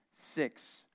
Six